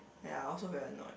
ya I also very annoyed